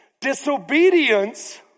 Disobedience